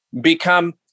become –